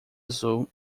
azul